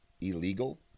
illegal